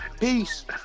Peace